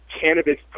Cannabis